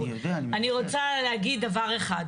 אני רוצה להגיד דבר אחד,